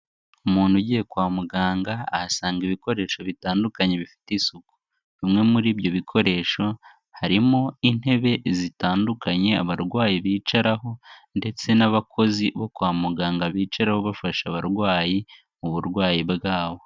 Umuntu ugiye kwa muganga ahasanga ibikoresho bitandukanye bifite isuku, bimwe muri ibyo bikoresho harimo intebe zitandukanye abarwayi bicaraho ndetse n'abakozi bo kwa muganga bicaraho bafasha abarwayi mu burwayi bwabo.